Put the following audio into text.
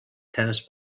tennis